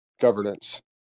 governance